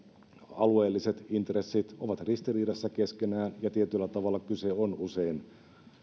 alueelliset intressit ovat ristiriidassa keskenään ja tietyllä tavalla kyse on usein